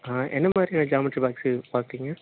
ஆ என்ன மாதிரியான geometry box எதிர்பார்க்குறிங்க